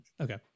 okay